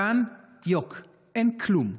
כאן, יוק, אין כלום.